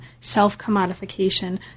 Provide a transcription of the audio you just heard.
self-commodification